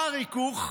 מה הריכוך?